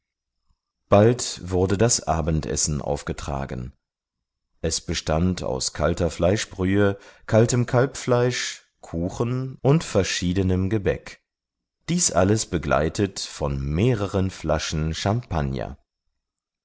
bald wurde das abendessen aufgetragen es bestand aus kalter fleischbrühe kaltem kalbfleisch kuchen und verschiedenem gebäck dies alles begleitet von mehreren flaschen champagner